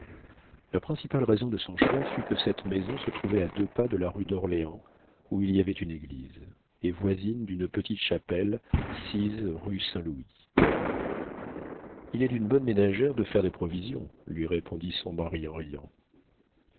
la principale raison de son choix fut que cette maison se trouvait à deux pas de la rue d'orléans où il y avait une église et voisine d'une petite chapelle sise rue saint-louis il est d'une bonne ménagère de faire des provisions lui répondit son mari en riant